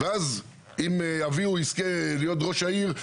אם אביהו יזכה להיות ראש העיר,